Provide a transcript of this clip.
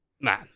man